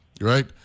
right